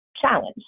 challenge